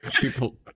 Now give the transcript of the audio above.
People